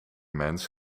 mens